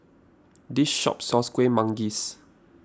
this shop sells Kueh Manggis